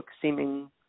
seeming